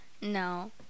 No